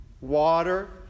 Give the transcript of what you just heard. water